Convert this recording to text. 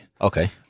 Okay